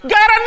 God